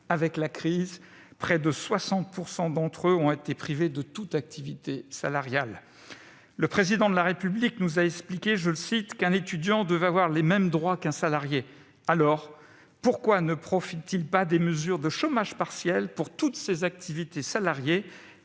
avec la crise, près de 60 % d'entre eux ont été privés de toute activité salariale. Le Président de la République a affirmé qu'un étudiant devait avoir les mêmes droits qu'un salarié. Pourquoi ne profitent-ils donc pas des mesures de chômage partiel pour toutes ces activités salariées